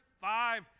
five